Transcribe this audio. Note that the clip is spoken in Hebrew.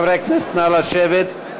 חברי הכנסת, נא לשבת.